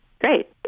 Great